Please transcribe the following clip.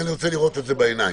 אני רוצה לראות את זה בעיניים.